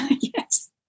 Yes